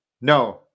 No